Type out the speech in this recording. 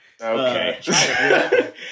okay